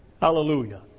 Hallelujah